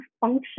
function